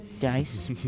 Dice